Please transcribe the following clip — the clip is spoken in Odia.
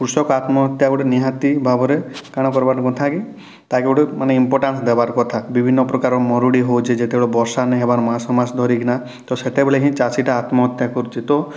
କୃଷକ ଆତ୍ମହତ୍ୟା ଗୋଟେ ନିହାତି ଭାବରେ କାଣା କରବାର କଥା କି ତାହେକେ ଗୋଟେ ମାନେ ଇମ୍ପୋଟାନ୍ସ ଦେବାର କଥା ବିଭିନ୍ନ ପ୍ରକାର ମରୁଡ଼ି ହେଉଛି ଯେତେବେଳେ ବର୍ଷା ନେଇଁ ହେବାର ମାସ ମାସ ଧରିକିନା ତ ସେତେବେଳେ ହିଁ ଚାଷୀଟା ଆତ୍ମହତ୍ୟା କରୁଛି ତ